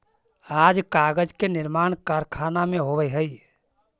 आज कागज के निर्माण कारखाना में होवऽ हई